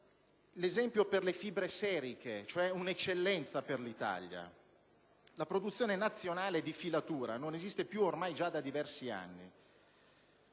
riferisco alle fibre seriche, un'eccellenza per l'Italia. La produzione nazionale di filatura non esiste più già da diversi anni.